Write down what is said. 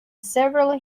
several